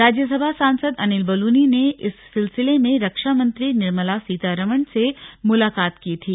राज्यसभा सांसद अनिल बलूनी ने इस सिलसिले में रक्षा मंत्री निर्मला सीतारमण से मुलाकात की थी